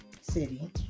City